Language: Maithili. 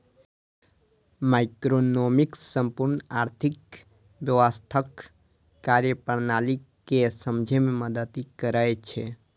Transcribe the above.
माइक्रोइकोनोमिक्स संपूर्ण आर्थिक व्यवस्थाक कार्यप्रणाली कें समझै मे मदति करै छै